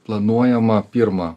planuojamą pirma